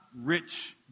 rich